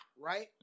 right